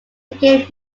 became